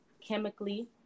chemically